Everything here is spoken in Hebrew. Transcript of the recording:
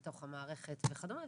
מתוך המערכת וכדומה,